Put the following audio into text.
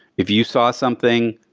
if you saw something,